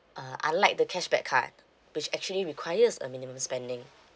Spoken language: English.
uh unlike the cashback card which actually requires a minimum spending